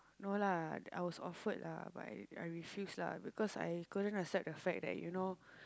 no lah I was offered lah but I I refused lah because I couldn't accept the fact that you know